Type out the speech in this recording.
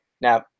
Now